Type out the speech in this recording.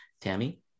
Tammy